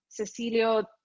Cecilio